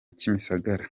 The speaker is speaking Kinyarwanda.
kimisagara